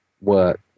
work